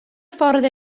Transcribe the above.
ffordd